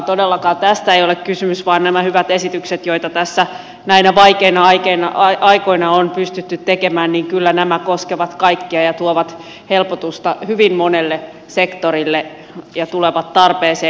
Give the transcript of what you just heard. todellakaan tästä ei ole kysymys vaan nämä hyvät esitykset joita tässä näinä vaikeina aikoina on pystytty tekemään koskevat kyllä kaikkia ja tuovat helpotusta hyvin monelle sektorille ja tulevat tarpeeseen